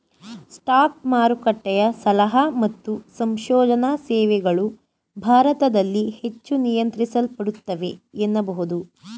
stock ಮಾರುಕಟ್ಟೆಯ ಸಲಹಾ ಮತ್ತು ಸಂಶೋಧನಾ ಸೇವೆಗಳು ಭಾರತದಲ್ಲಿ ಹೆಚ್ಚು ನಿಯಂತ್ರಿಸಲ್ಪಡುತ್ತವೆ ಎನ್ನಬಹುದು